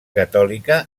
catòlica